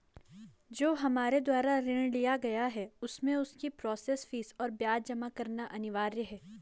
जो हमारे द्वारा ऋण लिया गया है उसमें उसकी प्रोसेस फीस और ब्याज जमा करना अनिवार्य है?